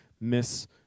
miss